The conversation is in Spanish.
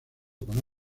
con